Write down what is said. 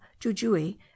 jujui